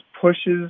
pushes